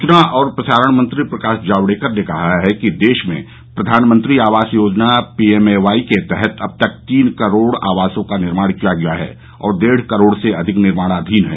सूचना और प्रसारण मंत्री प्रकाश जावड़ेकर ने कहा है कि देश में प्रधानमंत्री आवास योजना पी एम ए वाई के तहत अब तक तीन करोड़ आवासों का निर्माण किया गया है और डेढ करोड़ से अधिक निर्माणाधीन हैं